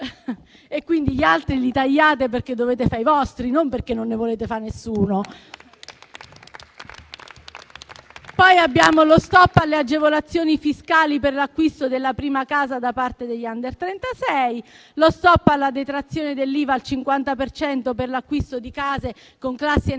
e quindi gli altri li tagliate, perché dovete fare i vostri, non perché non ne volete fare nessuno. Abbiamo poi lo *stop* alle agevolazioni fiscali per l'acquisto della prima casa da parte degli *under* 36 e alla detrazione dell'IVA al 50 per cento per l'acquisto di case con classi energetiche